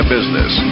Business